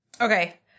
Okay